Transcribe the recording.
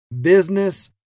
business